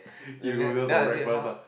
what is that then I said how